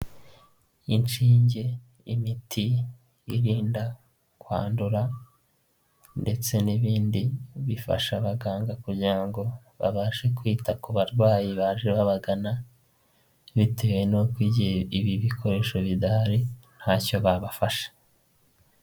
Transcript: Inshinge, imiti irinda kwandura ndetse n'ibindi bifasha abaganga kugira ngo babashe kwita ku barwayi baje babagana bitewe n'uko igihe ibi bikoresho bidahari ntacyo babafasha.